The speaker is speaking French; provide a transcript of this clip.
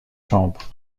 chambre